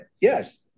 Yes